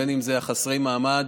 בין שזה חסרי מעמד,